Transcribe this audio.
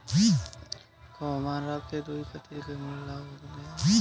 खोम्हरा के दुई कती हर खुल्ला अउ दुई कती हर मुदाए रहथे